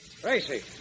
Tracy